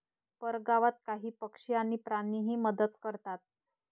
परगावात काही पक्षी आणि प्राणीही मदत करतात